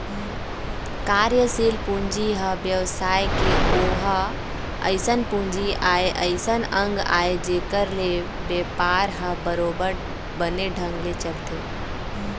कार्यसील पूंजी ह बेवसाय के ओहा अइसन पूंजी आय अइसन अंग आय जेखर ले बेपार ह बरोबर बने ढंग ले चलथे